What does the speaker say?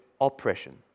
oppression